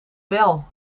wel